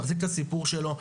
להחזיק את הסיפור שלו,